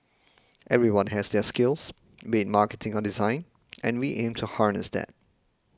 everyone has their skills be it marketing on design and we aim to harness that